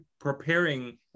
preparing